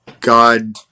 God